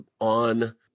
on